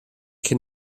cyn